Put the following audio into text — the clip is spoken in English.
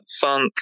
funk